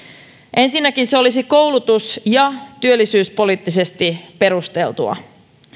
ensinnäkin se olisi koulutus ja työllisyyspoliittisesti perusteltua